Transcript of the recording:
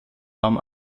raum